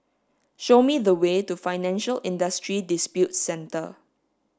show me the way to Financial Industry Disputes Center